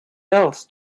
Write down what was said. else